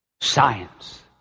science